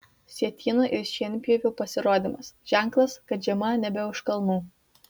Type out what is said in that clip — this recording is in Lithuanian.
sietyno ir šienpjovių pasirodymas ženklas kad žiema nebe už kalnų